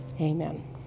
Amen